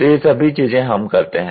तो ये सभी चीजें हम करते हैं